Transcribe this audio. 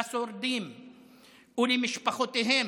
לשורדים ולמשפחותיהם,